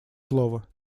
слово